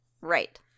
Right